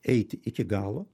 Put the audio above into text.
eiti iki galo